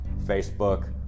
Facebook